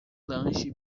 lanche